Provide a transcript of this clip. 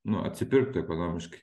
nu atsipirktų ekonomiškai